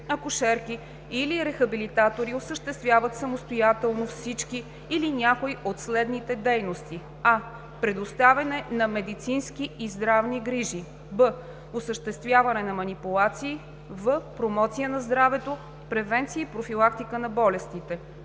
акушерки или рехабилитатори осъществяват самостоятелно всички или някои от следните дейности: а) предоставяне на медицински и здравни грижи; б) осъществяване на манипулации; в) промоция на здравето, превенция и профилактика на болестите.“